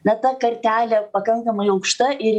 ne ta kartelė pakankamai aukšta ir